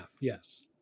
yes